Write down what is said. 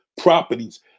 properties